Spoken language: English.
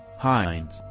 hines,